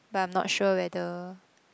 but I'm not sure whether